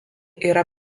yra